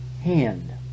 hand